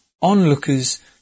onlookers